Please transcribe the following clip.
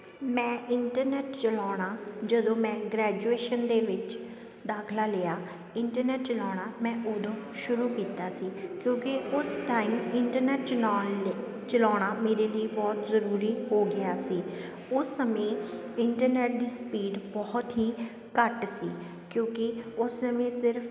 ਮੈਂ ਇੰਟਰਨੈਟ ਚਲਾਉਣਾ ਜਦੋਂ ਮੈਂ ਗ੍ਰੈਜੂਏਸ਼ਨ ਦੇ ਵਿੱਚ ਦਾਖਲਾ ਲਿਆ ਇੰਟਰਨੈਟ ਚਲਾਉਣਾ ਮੈਂ ਉਦੋਂ ਸ਼ੁਰੂ ਕੀਤਾ ਸੀ ਕਿਉਂਕਿ ਉਸ ਟਾਈਮ ਇੰਟਰਨੈਟ ਚਲਾਉਣ ਲਈ ਚਲਾਉਣਾ ਮੇਰੇ ਲਈ ਬਹੁਤ ਜ਼ਰੂਰੀ ਹੋ ਗਿਆ ਸੀ ਉਸ ਸਮੇਂ ਇੰਟਰਨੈਟ ਦੀ ਸਪੀਡ ਬਹੁਤ ਹੀ ਘੱਟ ਸੀ ਕਿਉਂਕਿ ਉਸ ਸਮੇਂ ਸਿਰਫ